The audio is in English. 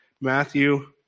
Matthew